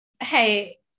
Hey